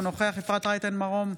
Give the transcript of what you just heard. אינו נוכח אפרת רייטן מרום,